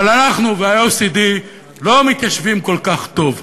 אבל אנחנו וה-OECD לא מתיישבים כל כך טוב.